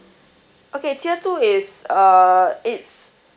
okay tier two is uh it's